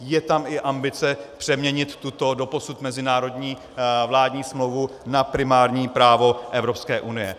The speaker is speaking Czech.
Je tam i ambice přeměnit tuto doposud mezinárodní vládní smlouvu na primární právo Evropské unie.